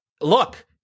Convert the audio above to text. look